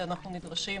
שאנחנו נדרשים